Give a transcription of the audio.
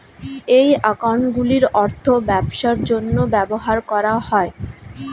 এই অ্যাকাউন্টগুলির অর্থ ব্যবসার জন্য ব্যবহার করা হয়